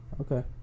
Okay